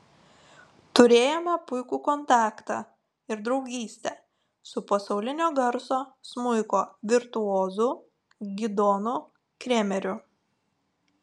turėjome puikų kontaktą ir draugystę su pasaulinio garso smuiko virtuozu gidonu kremeriu